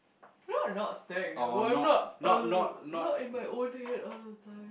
you all are not sad you know where I'm not not in my own head all the time